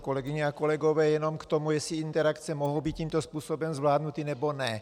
Kolegyně a kolegové, jenom k tomu, jestli interakce mohou být tímto způsobem zvládnuty, nebo ne.